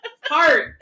heart